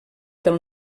del